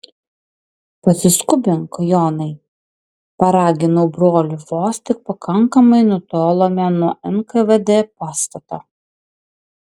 pasiskubink jonai paraginau brolį vos tik pakankamai nutolome nuo nkvd pastato